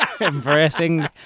Embracing